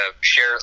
share